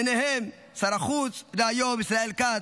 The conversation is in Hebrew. בהם שר החוץ דהיום ישראל כץ,